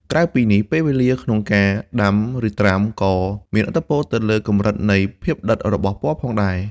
ក្រៅពីនេះ ពេលវេលាក្នុងការដាំឬត្រាំក៏មានឥទ្ធិពលទៅលើកម្រិតនៃភាពដិតរបស់ពណ៌ផងដែរ។